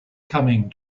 coming